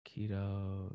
keto